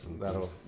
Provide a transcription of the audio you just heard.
that'll